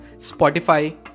Spotify